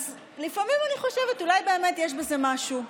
אז לפעמים אני חושבת שאולי באמת יש בזה משהו,